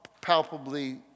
palpably